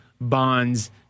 Bonds